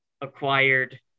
acquired